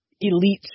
elite